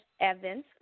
Evans